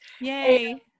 Yay